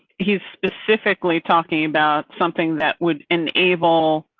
he's specifically talking about something that would enable.